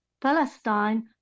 Palestine